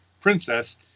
princess